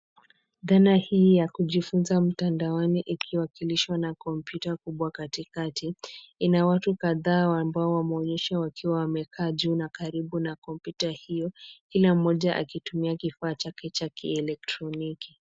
Dhana hii ya kujifunza mtandaoni ikiwakilishwa na kompyuta kubwa katikati, ina watu kadhaa ambao wameonyeshwa wakiwa wamekaa juu na karibu na kompyuta hiyo, kila mmoja akitumia kifaa chake cha kielektroniki.